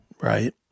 Right